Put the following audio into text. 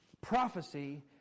prophecy